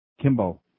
Kimbo